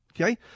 okay